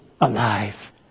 alive